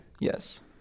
Yes